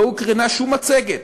לא הוקרנה שום מצגת,